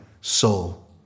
soul